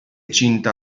cinta